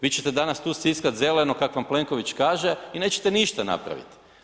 Vi ćete danas tu stiskati zeleno kako vam Plenković kaže i nećete ništa napraviti.